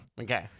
Okay